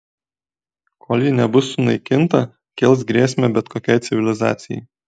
kol ji nebus sunaikinta kels grėsmę bet kokiai civilizacijai